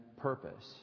purpose